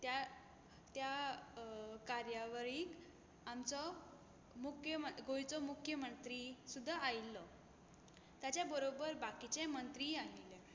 त्या त्या कार्यावरीक आमचो मुख्यमं गोंयचो मुख्यमंत्री सुदा आयिल्लो ताज्या बरोबर बाकिचे मंत्रीय आयिल्ले